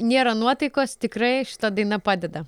nėra nuotaikos tikrai šita daina padeda